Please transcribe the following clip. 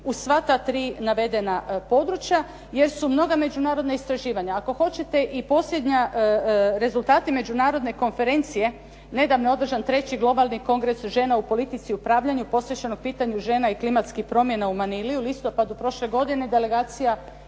u sva ta tri navedena područja jer su mnoga međunarodna istraživanja, ako hoćete i posljednji rezultati Međunarodne konferencije, nedavno je održan 3. Globalni kongres žena u politici u upravljanju posvećeno pitanju žena i klimatskih promjena u Manili u listopadu prošle godine, delegacija